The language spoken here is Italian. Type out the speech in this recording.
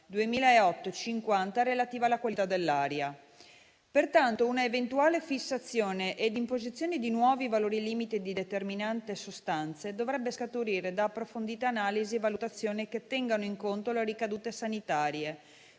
2008/50/CE relativa alla qualità dell'aria. Pertanto, un'eventuale fissazione e un'imposizione di nuovi valori limite di determinate sostanze dovrebbero scaturire da approfondite analisi e valutazioni che tengano in conto le ricadute sanitarie,